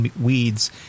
weeds